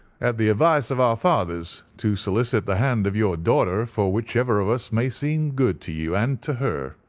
at the advice of our fathers to solicit the hand of your daughter for whichever of us may seem good to you and to her.